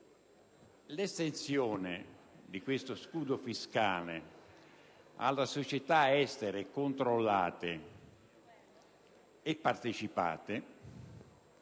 l'estensione di questo scudo fiscale alle società estere controllate e partecipate